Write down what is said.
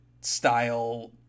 style